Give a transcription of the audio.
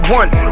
one